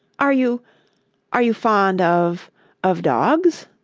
are you are you fond of of dogs